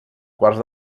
quarts